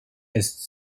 ist